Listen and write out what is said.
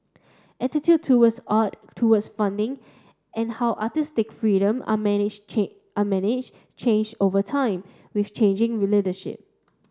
attitude towards art towards funding and how artistic freedom are are managed change over time with changing leadership